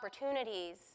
opportunities